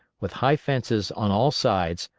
with high fences on all sides,